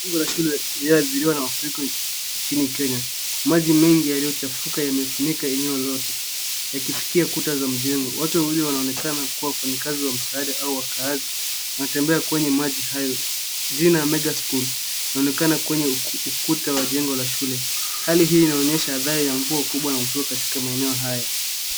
Wingu la shule iliyoathiriwa na mafuriko nchini Kenya. Maji mengi yaliyochafuka yamefunika eneo lote yakifikia kuta za mjengo. Watu wawili wanaonekana kuwa wafanyakazi wa msaada au wakaazi wanatembea kwenye maji hayo. Jina Mega School inaonekana kwenye ukuta wa jengo la shule. Hali hii inaonyesha athari ya mvua kubwa na mafuriko katika maenea haya.